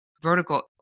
vertical